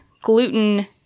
gluten